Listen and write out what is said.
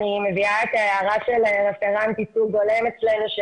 אני מביאה את ההערה של רפרנט ייצוג הולם אצלנו,